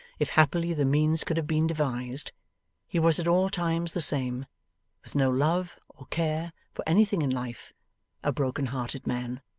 if happily the means could have been devised he was at all times the same with no love or care for anything in life a broken-hearted man.